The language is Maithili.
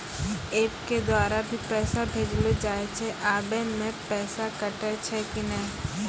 एप के द्वारा भी पैसा भेजलो जाय छै आबै मे पैसा कटैय छै कि नैय?